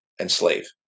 enslave